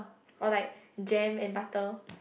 or like jam and butter